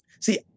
See